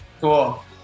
Cool